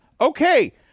Okay